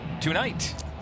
tonight